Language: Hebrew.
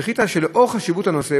והחליטה שלאור חשיבות הנושא,